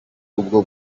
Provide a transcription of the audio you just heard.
ubwo